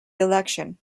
election